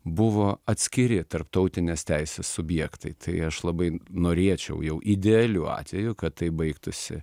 buvo atskiri tarptautinės teisės subjektai tai aš labai norėčiau jau idealiu atveju kad tai baigtųsi